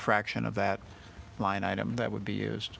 fraction of that line item that would